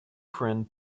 friend